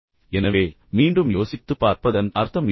எனவே மீண்டும் யோசித்துப்பார்ப்பதன் அர்த்தம் இதுதான்